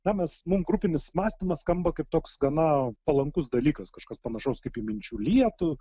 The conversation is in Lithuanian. na mes mum grupinis mąstymas skamba kaip toks gana palankus dalykas kažkas panašaus kaip į minčių lietų